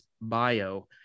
bio